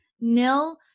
nil